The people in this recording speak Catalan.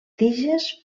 tiges